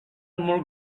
molt